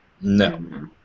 No